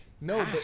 No